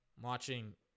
watching